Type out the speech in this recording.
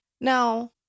Now